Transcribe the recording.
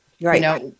Right